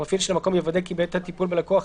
(ב) המפעיל של המקום יוודא כי בעת הטיפול בלקוח,